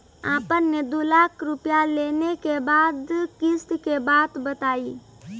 आपन ने दू लाख रुपिया लेने के बाद किस्त के बात बतायी?